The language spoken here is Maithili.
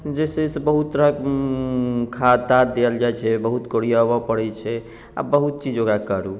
जे छै से बहुत तरहके खाद ताद देल जाइ छै बहुत कोरिआबै पड़ै छै आओर बहुत चीज ओकरा करू